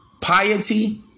Piety